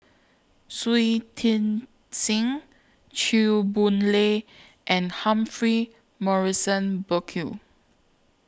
Shui Tit Sing Chew Boon Lay and Humphrey Morrison Burkill